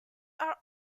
are